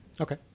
Okay